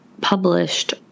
published